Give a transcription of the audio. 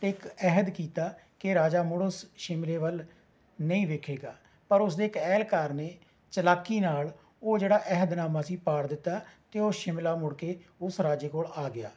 ਅਤੇ ਇੱਕ ਅਹਿਦ ਕੀਤਾ ਕਿ ਰਾਜਾ ਮੁੜ ਉਸ ਸ਼ਿਮਲੇ ਵੱਲ ਨਹੀਂ ਵੇਖੇਗਾ ਪਰ ਉਸ ਨੇ ਇੱਕ ਅਹਿਲਕਾਰ ਨੇ ਚਲਾਕੀ ਨਾਲ ਉਹ ਜਿਹੜਾ ਅਹਿਦਨਾਮਾ ਸੀ ਪਾੜ ਦਿੱਤਾ ਅਤੇ ਉਹ ਸ਼ਿਮਲਾ ਮੁੜ ਕੇ ਉਸ ਰਾਜੇ ਕੋਲ ਆ ਗਿਆ